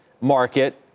market